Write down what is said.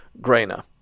Grainer